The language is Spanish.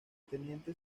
teniente